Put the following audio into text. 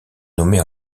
nommée